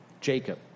Jacob